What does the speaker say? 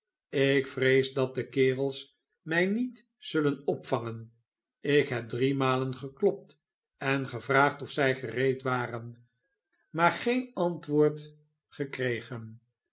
ik vrees dat de kerels mij niet zullen opvangen ik neb driemalen geklopt en gevraagd of zij gereed waren maar geen antwoord gekregen